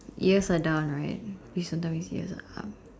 yours are down right please don't tell me yours are up